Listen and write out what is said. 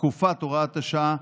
תקופת הוראת השעה.